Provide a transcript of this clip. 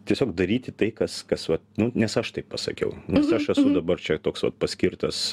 tiesiog daryti tai kas kas va nes aš taip pasakiau nes aš esu dabar čia toks vat paskirtas